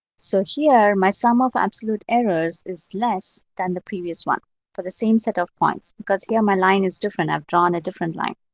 so here, my sum of absolute errors is less than the previous one for the same set of points because here my line is different. i've drawn a different line.